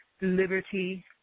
liberty